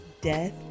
death